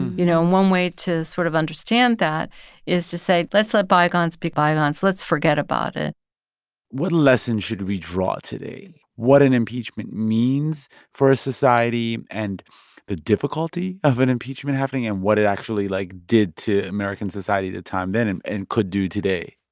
you know, one way to sort of understand that is to say, let's let bygones be bygones let's forget about it what lessons should we draw today what an impeachment means for a society and the difficulty of an impeachment happening and what it actually, like, did to american society at the time then and and could do today?